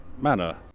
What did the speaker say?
manner